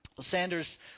Sanders